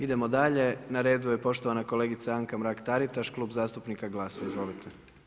Idemo dalje, na redu je poštovana kolegica Anka Mrak-Taritaš, Klub zastupnika GLAS-, izvolite.